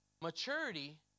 maturity